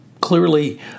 clearly